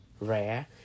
rare